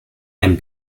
and